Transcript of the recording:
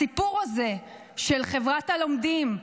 הסיפור הזה של חברת הלומדים,